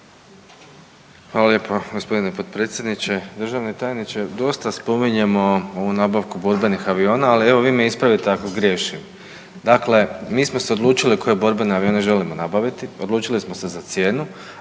Hvala lijepo gospodine potpredsjedniče. Državni tajniče, dosta spominjemo ovu nabavku borbenih aviona, ali evo vi me ispravite ako griješim. Dakle, mi smo se odlučili koje borbene avione želimo nabaviti. Odlučili smo se za cijenu.